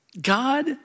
God